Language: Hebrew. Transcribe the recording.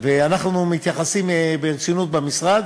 ואנחנו מתייחסים אליהן ברצינות במשרד